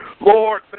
Lord